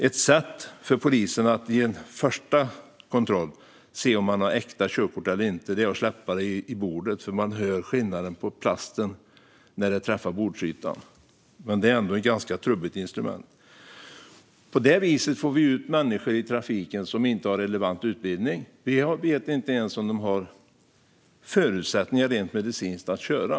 Ett sätt för polisen att vid en första kontroll se om det är ett äkta körkort eller inte är att släppa det i bordet, för man hör skillnaden på plasten när det träffar bordsytan. Men det är ändå ett ganska trubbigt instrument. På det viset får vi människor i trafiken som saknar relevant utbildning. Vi vet inte ens om de har förutsättningar rent medicinskt att köra.